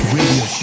Radio